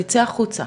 החוצה,